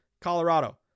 Colorado